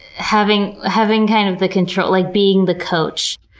having having kind of the control, like being the coach.